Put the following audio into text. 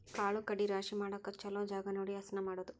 ಕಾಳು ಕಡಿ ರಾಶಿ ಮಾಡಾಕ ಚುಲೊ ಜಗಾ ನೋಡಿ ಹಸನ ಮಾಡುದು